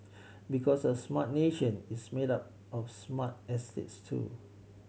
because a smart nation is made up of smart estates too